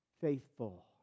faithful